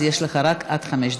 יש לך רק עד חמש דקות.